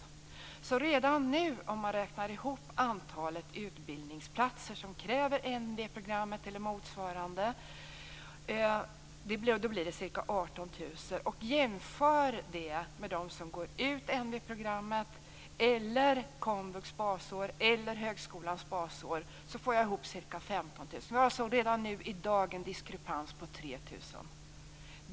Om man redan nu räknar ihop antalet utbildningsplatser som kräver NV-programmet eller motsvarande blir det ca 18 000. De som går ut NV-programmet, komvux basår eller högskolans basår får jag till ca 15 000. Vi har alltså redan i dag en diskrepans på 3 000.